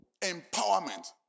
Empowerment